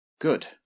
good